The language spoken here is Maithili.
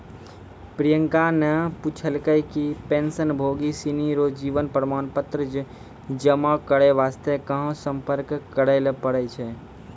प्रियंका ने पूछलकै कि पेंशनभोगी सिनी रो जीवन प्रमाण पत्र जमा करय वास्ते कहां सम्पर्क करय लै पड़ै छै